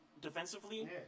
defensively